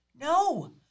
No